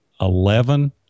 Eleven